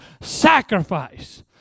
sacrifice